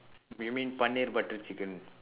you mean butter chicken